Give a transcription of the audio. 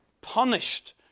punished